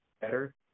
better